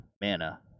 mana